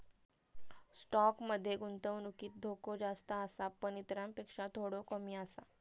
stock मध्ये गुंतवणुकीत धोको जास्त आसा पण इतरांपेक्षा थोडो कमी आसा